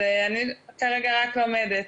כרגע אני רק לומדת.